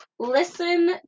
Listen